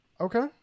okay